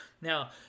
Now